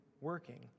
working